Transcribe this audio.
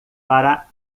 para